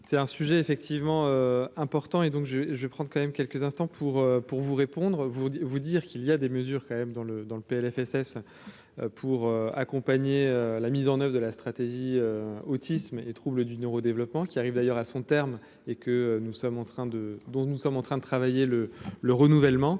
C'est un sujet effectivement important et donc je je prends quand même quelques instants pour pour vous répondre, vous vous dire qu'il y a des mesures quand même dans le dans le PLFSS pour accompagner la mise en oeuvre de la stratégie autisme et troubles du neuro-développement qui arrive d'ailleurs à son terme et que nous sommes en train de, donc nous sommes